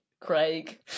Craig